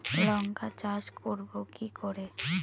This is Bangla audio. লঙ্কা চাষ করব কি করে?